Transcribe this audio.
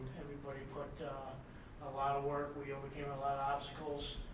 everybody put a lot of work, we overcame a lot of obstacles